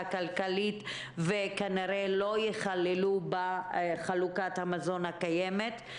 כלכלית והן כנראה לא ייכללו בחלוקת המזון הקיימת.